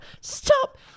Stop